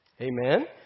Amen